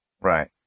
Right